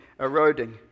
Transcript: eroding